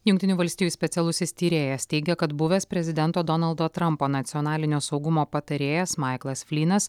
jungtinių valstijų specialusis tyrėjas teigia kad buvęs prezidento donaldo trampo nacionalinio saugumo patarėjas maiklas flynas